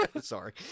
Sorry